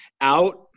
out